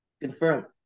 Confirmed